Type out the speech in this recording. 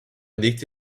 belegte